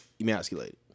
emasculated